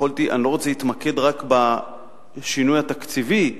אני לא רוצה להתמקד רק בשינוי התקציבי,